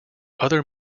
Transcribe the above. other